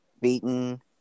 beaten